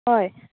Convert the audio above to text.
हय